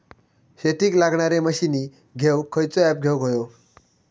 शेतीक लागणारे मशीनी घेवक खयचो ऍप घेवक होयो?